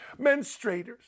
Menstruators